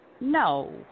No